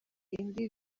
indi